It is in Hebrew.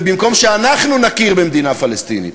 ובמקום שאנחנו נכיר במדינה פלסטינית,